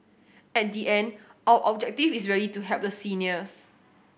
at the end our objective is really to help the seniors